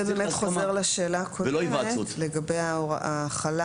זה באמת חוזר לשאלה הקודמת לגבי ההוראה החלה